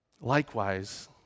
Likewise